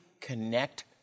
connect